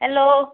hello